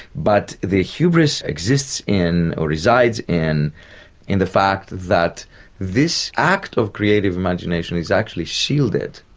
but the hubris exists in or resides in in the fact that this act of creative imagination is actually shielded,